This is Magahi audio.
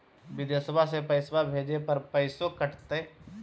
बिदेशवा मे पैसवा भेजे पर पैसों कट तय?